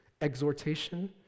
exhortation